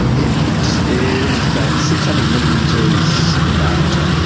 it is about six hundred millimetres in diameter.